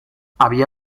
había